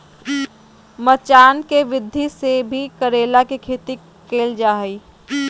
मचान के विधि से भी करेला के खेती कैल जा हय